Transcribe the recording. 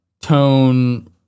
tone